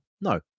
No